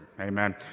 Amen